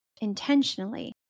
intentionally